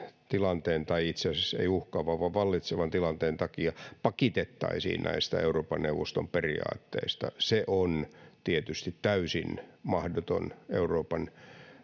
tilanteen tai itse asiassa ei uhkaavan vaan vallitsevan tilanteen takia pakitettaisiin näistä euroopan neuvoston periaatteista se on tietysti täysin mahdotonta euroopan